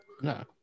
No